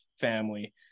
family